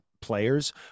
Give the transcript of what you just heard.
players